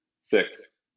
six